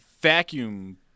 vacuum